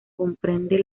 comprende